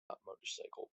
motorcycle